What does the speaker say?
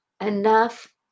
enough